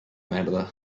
merda